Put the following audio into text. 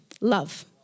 love